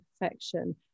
perfection